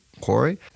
quarry